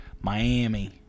Miami